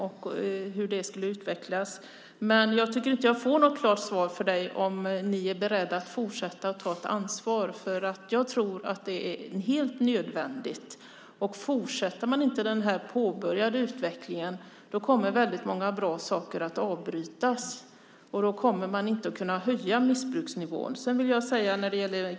Jag tycker dock inte att jag får något klart svar från dig: Är ni beredda att fortsätta att ta detta ansvar? Jag tror att det är helt nödvändigt. Fortsätter man inte den påbörjade utvecklingen kommer väldigt många bra saker att avbrytas, och då kommer man inte att kunna höja nivån i missbrukarvården.